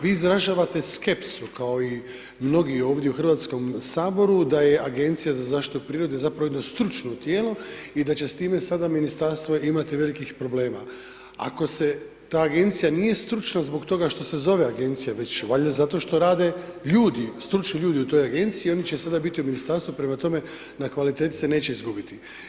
Vi izražavate skepsu, kao i mnogi ovdje u HS-u da je Agencija za zaštitu prirode zapravo jedno stručno tijelo i da će s time sada ministarstvo imati velikih problema, ako se ta agencija nije stručna zbog toga što se zove agencija već valjda zato što rade ljudi, stručni ljudi u toj agenciji oni će sada biti u ministarstvu, prema tome na kvaliteti se neće izgubiti.